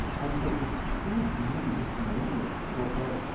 and so it seemed to me just from reading this, i thought, well,